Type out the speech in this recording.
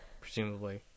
presumably